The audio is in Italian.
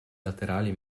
laterali